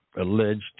alleged